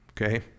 Okay